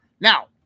Now